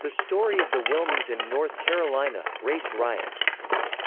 the story of the wilmington, north carolina, race riots